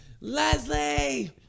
Leslie